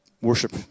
Worship